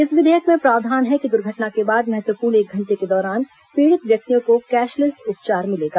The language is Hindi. इस विधेयक में प्रावधान है कि दुर्घटना के बाद महत्वपूर्ण एक घण्टे के दौरान पीड़ित व्यक्तियों को कैशलेस उपचार मिलेगा